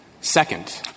Second